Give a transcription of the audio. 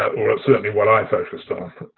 or certainly what i focused on.